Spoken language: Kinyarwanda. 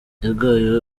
yagaye